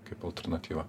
kaip alternatyva